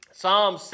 Psalm